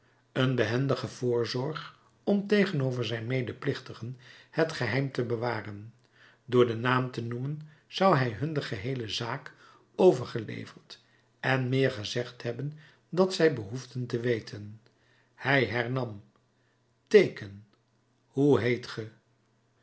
een behendige voorzorg om tegenover zijn medeplichtigen het geheim te bewaren door den naam te noemen zou hij hun de geheele zaak overgeleverd en meer gezegd hebben dan zij behoefden te weten hij hernam teeken hoe heet ge